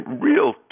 real